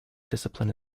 discipline